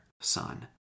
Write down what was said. Son